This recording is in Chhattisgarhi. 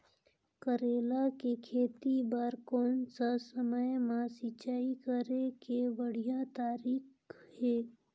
करेला के खेती बार कोन सा समय मां सिंचाई करे के बढ़िया तारीक हे?